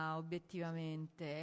obiettivamente